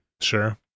Sure